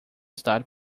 estar